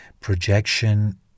Projection